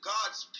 God's